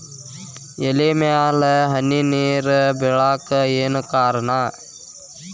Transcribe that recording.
ಎಲೆ ಮ್ಯಾಲ್ ಹನಿ ನೇರ್ ಬಿಳಾಕ್ ಏನು ಕಾರಣ?